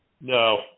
No